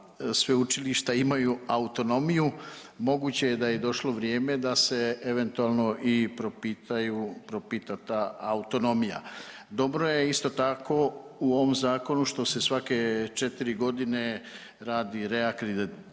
sveučilišta imaju autonomiju moguće je da je došlo vrijeme da se eventualno i propitaju, propita ta autonomija. Dobro je isto tako u ovom zakonu što se svake 4.g. radi reakreditacija